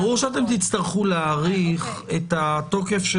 ברור שאתם תצטרכו להאריך את התוקף של